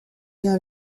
bien